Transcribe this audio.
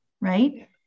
right